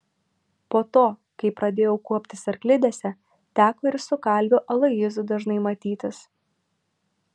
po to kai pradėjau kuoptis arklidėse teko ir su kalviu aloyzu dažnai matytis